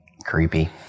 creepy